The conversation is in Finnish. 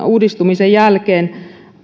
uudistumisen jälkeen